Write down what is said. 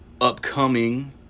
upcoming